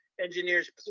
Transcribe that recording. engineers